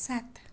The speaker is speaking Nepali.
सात